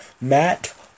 Matt